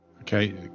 Okay